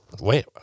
wait